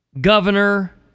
governor